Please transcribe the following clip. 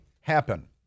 happen